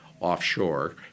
offshore